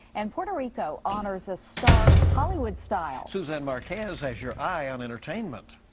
and puerto rico honors a star, hollywood style. suzanne marques has has your eye on entertainment.